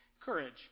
courage